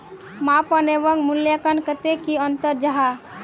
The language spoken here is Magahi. मापन एवं मूल्यांकन कतेक की अंतर जाहा?